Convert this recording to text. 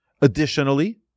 Additionally